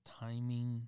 timing